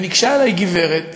וניגשה אלי גברת